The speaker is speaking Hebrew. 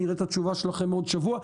נראה את התשובה שלכם עוד שבוע,